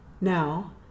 Now